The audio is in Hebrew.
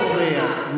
גברתי השרה, לא להפריע.